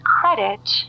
credit